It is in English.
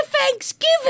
Thanksgiving